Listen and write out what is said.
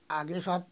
আগে সব